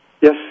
Yes